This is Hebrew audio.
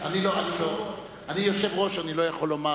אני יושב-ראש, אני לא יכול לומר.